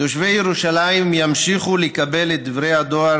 תושבי ירושלים ימשיכו לקבל את דברי הדואר